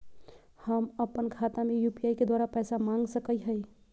हम अपन खाता में यू.पी.आई के द्वारा पैसा मांग सकई हई?